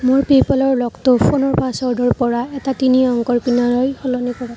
মোৰ পে'পলৰ লকটো ফোনৰ পাছৱৰ্ডৰ পৰা এটা তিনি অংকৰ পিনলৈ সলনি কৰক